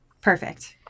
Perfect